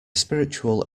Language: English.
spiritual